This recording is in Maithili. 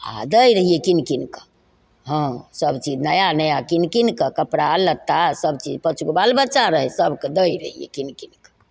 आओर दै रहिए किनि किनिकऽ हँ सबचीज नया नया किनि किनिकऽ कपड़ा लत्ता सबचीज पाँच गो बाल बच्चा रहै सभके दै रहिए किनि किनिकऽ